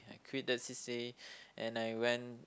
I quit that c_c_a and I went